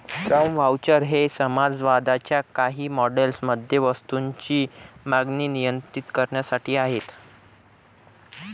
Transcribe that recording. श्रम व्हाउचर हे समाजवादाच्या काही मॉडेल्स मध्ये वस्तूंची मागणी नियंत्रित करण्यासाठी आहेत